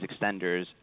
extenders